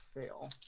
fail